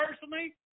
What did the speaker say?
personally